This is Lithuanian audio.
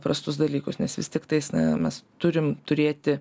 prastus dalykus nes vis tiktais na mes turim turėti